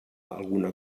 alguna